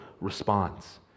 response